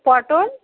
পটল